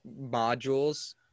modules